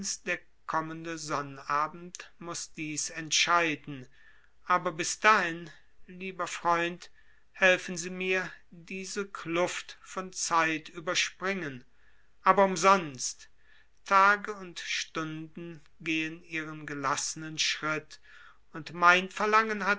der kommende sonnabend muß dies entscheiden aber bis dahin lieber freund helfen sie mir diese kluft von zeit überspringen aber umsonst tage und stunden gehen ihren gelassenen schritt und mein verlangen hat